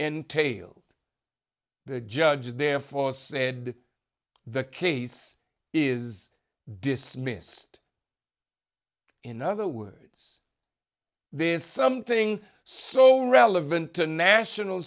entail the judge therefore said the case is dismissed in other words there's something so relevant to national